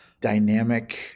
dynamic